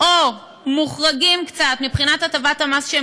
או מוחרגים קצת מבחינת הטבת המס שהם